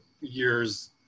years